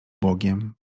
bogiem